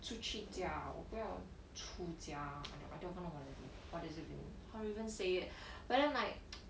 出去家我不要出家 or I don't even what it is what does it mean how you even say it but then like